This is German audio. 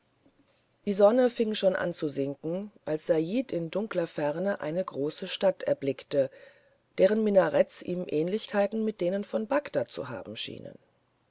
die sonne fing schon an zu sinken als said in dunkler ferne eine große stadt erblickte deren minaretts ihm ähnlichkeit mit denen von bagdad zu haben schienen